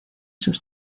sus